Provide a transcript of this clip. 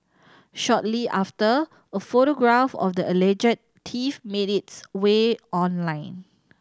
shortly after a photograph of the alleged thief made its way online